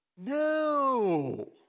No